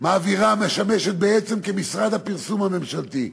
משמשת בעצם כמשרד הפרסום הממשלתי,